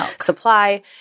supply